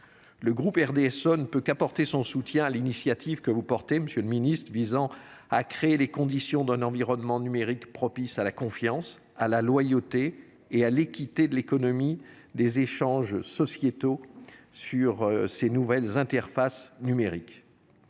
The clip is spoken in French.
Le groupe RDSE ne peut qu’apporter son soutien à l’initiative portée par le Gouvernement visant à créer les conditions d’un environnement numérique propice à la confiance, à la loyauté et à l’équité de l’économie et des échanges sociétaux sur ces nouvelles interfaces numériques.